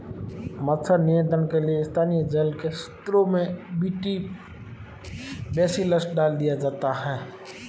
मच्छर नियंत्रण के लिए स्थानीय जल के स्त्रोतों में बी.टी बेसिलस डाल दिया जाता है